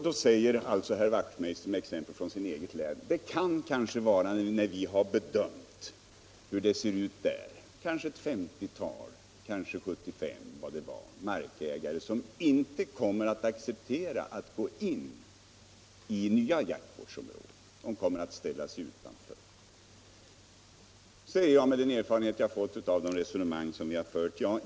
Då säger herr Wachtmeister — med exempel från sitt eget län — att det kanske kan vara ett 50-tal eller ett 75-tal markägare som inte kommer att acceptera att gå in i nya jaktvårdsområden utan som kommer att ställa sig utanför. Jag har en del erfarenheter från resonemang som jag fört.